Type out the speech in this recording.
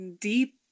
deep